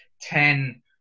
ten